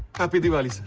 happy diwali!